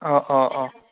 অঁ অঁ অঁ